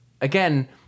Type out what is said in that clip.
again